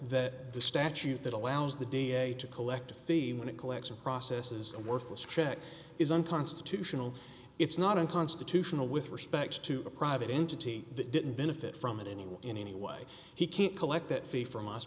that the statute that allows the da to collect a fee when a collection process is a worthless check is unconstitutional it's not a constitutional with respect to a private entity that didn't benefit from it anyway in any way he can't collect that fee from us